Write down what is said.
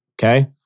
Okay